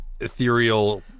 Ethereal